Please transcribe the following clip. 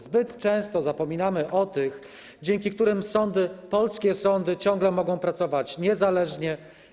Zbyt często zapominamy o tych, dzięki którym sądy, polskie sądy ciągle mogą pracować niezależnie.